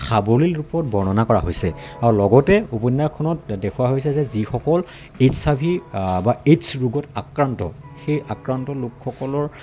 সাৱলীল ৰূপত বৰ্ণনা কৰা হৈছে আৰু লগতে উপন্যাসখনত দেখুওৱা হৈছে যে যিসকল এইছ আই ভি বা এইডছ ৰোগত আক্ৰান্ত সেই আক্ৰান্ত লোকসকলৰ